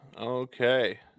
Okay